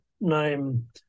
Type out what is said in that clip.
name